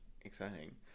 exciting